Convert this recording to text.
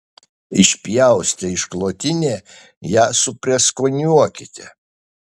išpjaustę išklotinę ją suprieskoniuokite